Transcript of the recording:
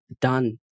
done